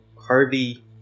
Harvey